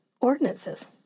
ordinances